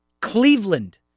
Cleveland